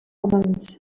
omens